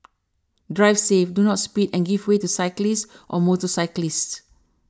drive safe do not speed and give way to cyclists or motorcyclists